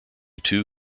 two